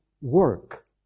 work